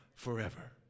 forever